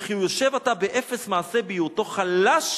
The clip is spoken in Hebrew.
וכי הוא יושב עתה באפס מעשה בהיותו חלש